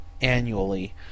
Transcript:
annually